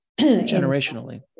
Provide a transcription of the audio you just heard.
Generationally